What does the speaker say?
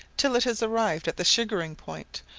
till it has arrived at the sugaring point,